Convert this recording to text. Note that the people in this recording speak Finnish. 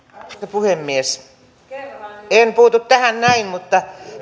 puhemies en puutu tähän näin mutta